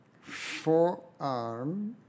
Forearm